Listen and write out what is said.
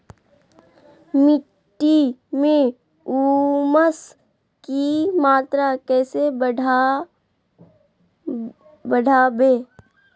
मिट्टी में ऊमस की मात्रा कैसे बदाबे?